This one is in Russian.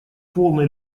полной